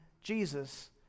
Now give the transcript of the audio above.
Jesus